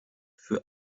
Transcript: für